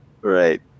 right